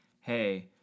hey